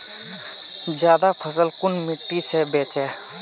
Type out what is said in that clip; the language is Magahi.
ज्यादा फसल कुन मिट्टी से बेचे?